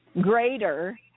greater